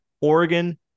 Oregon